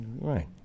Right